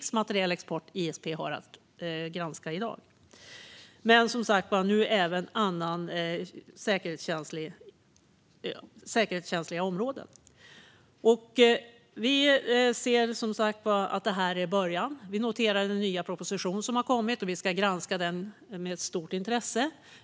Sådan export har ISP att granska i dag, men nu även andra säkerhetskänsliga områden. Vi ser att detta är början. Vi noterar den nya proposition som har kommit och som vi ska granska med stort intresse.